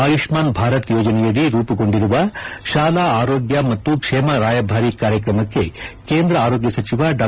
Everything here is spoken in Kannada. ಆಯುಷ್ಮಾನ್ ಭಾರತ್ ಯೋಜನೆಯಡಿ ರೂಪುಗೊಂಡಿರುವ ಶಾಲಾ ಆರೋಗ್ಯ ಮತ್ತು ಕ್ಷೇಮ ರಾಯಭಾರಿ ಕಾರ್ಯಕ್ರಮಕ್ಕೆ ಕೇಂದ್ರ ಆರೋಗ್ಯ ಸಚಿವ ಡಾ